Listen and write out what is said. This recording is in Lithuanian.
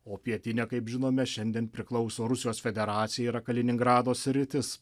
o pietinė kaip žinome šiandien priklauso rusijos federacijai yra kaliningrado sritis